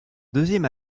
deuxième